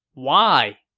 why?